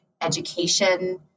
education